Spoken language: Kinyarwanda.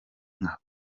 nka